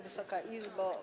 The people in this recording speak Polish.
Wysoka Izbo!